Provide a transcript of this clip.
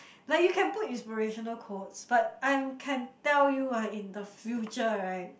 like you can put inspirational quotes but I'm can tell you ah in the future [right]